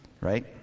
right